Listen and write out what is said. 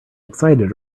excited